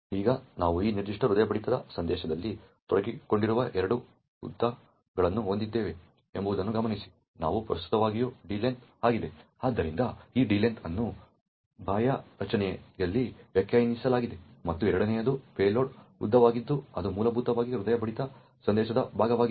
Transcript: ಈಗ ನಾವು ಈ ನಿರ್ದಿಷ್ಟ ಹೃದಯ ಬಡಿತದ ಸಂದೇಶದಲ್ಲಿ ತೊಡಗಿಸಿಕೊಂಡಿರುವ ಎರಡು ಉದ್ದಗಳನ್ನು ಹೊಂದಿದ್ದೇವೆ ಎಂಬುದನ್ನು ಗಮನಿಸಿ ಒಂದು ಪ್ರಸ್ತುತವಾಗಿರುವ d length ಆಗಿದೆ ಆದ್ದರಿಂದ ಈ d length ಅನ್ನು ಬಾಹ್ಯ ರಚನೆಯಲ್ಲಿ ವ್ಯಾಖ್ಯಾನಿಸಲಾಗಿದೆ ಮತ್ತು ಎರಡನೆಯದು ಪೇಲೋಡ್ ಉದ್ದವಾಗಿದ್ದು ಅದು ಮೂಲಭೂತವಾಗಿ ಹೃದಯ ಬಡಿತ ಸಂದೇಶದ ಭಾಗವಾಗಿದೆ